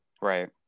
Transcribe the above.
Right